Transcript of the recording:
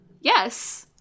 Yes